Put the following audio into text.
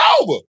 over